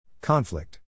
Conflict